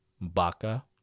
baka